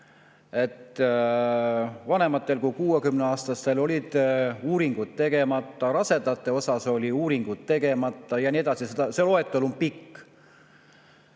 vanemate kui 60-aastaste puhul olid uuringud tegemata, rasedate puhul olid uuringud tegemata ja nii edasi. See loetelu on pikk.